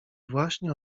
właśnie